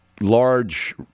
large